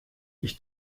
ich